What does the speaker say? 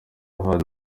hano